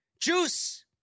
Juice